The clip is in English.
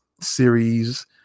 series